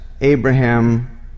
Abraham